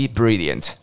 brilliant